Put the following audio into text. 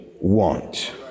want